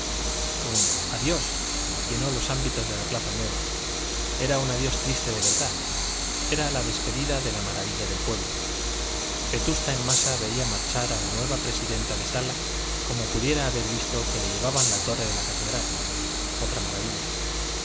un adiós llenó los ámbitos de la plaza nueva era un adiós triste de verdad era la despedida de la maravilla del pueblo vetusta en masa veía marchar a la nueva presidenta de sala como pudiera haber visto que le llevaban la torre de la catedral otra maravilla